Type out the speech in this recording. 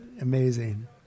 Amazing